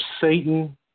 Satan